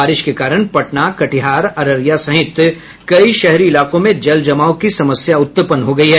बारिश के कारण पटना कटिहार अररिया सहित कई शहरी इलाकों में जल जमाव की समस्या उत्पन्न हो गयी है